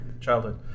childhood